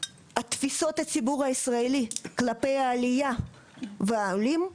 התפיסות בציבור הישראלי כלפי העלייה והעולים,